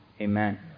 Amen